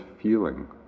feeling